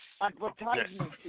advertisement